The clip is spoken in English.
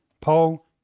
Paul